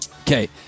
okay